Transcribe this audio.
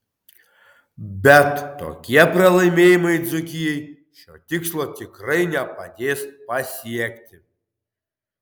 bet tokie pralaimėjimai dzūkijai šio tikslo tikrai nepadės pasiekti